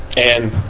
and